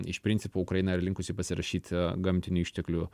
iš principo ukraina yra linkusi pasirašyti gamtinių išteklių